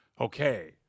Okay